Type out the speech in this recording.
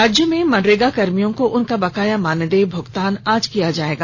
राज्य के मनरेगा कर्मियों को उनका बकाया मानदेय भुगतान आज किया जायेगा